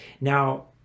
Now